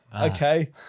Okay